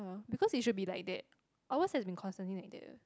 ah because it should be like that ours has been constantly that ah